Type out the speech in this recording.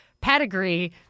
pedigree